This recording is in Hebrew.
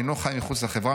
אינו חי מחוץ לחברה,